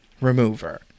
remover